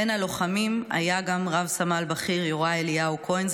בין הלוחמים היה גם רב-סמל בכיר יוראי אליהו כהן,